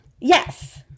Yes